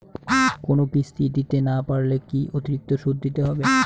কোনো কিস্তি দিতে না পারলে কি অতিরিক্ত সুদ দিতে হবে?